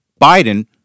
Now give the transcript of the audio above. Biden